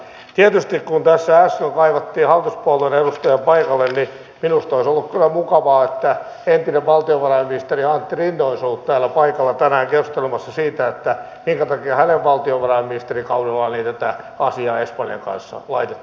tietysti kun tässä äsken kaivattiin hallituspuolueen edustajaa paikalle niin minusta olisi kyllä ollut mukavaa että entinen valtiovarainministeri antti rinne olisi ollut täällä paikalla tänään keskustelemassa siitä minkä takia hänen valtiovarainministerikaudellaan ei tätä asiaa espanjan kanssa laitettu kuntoon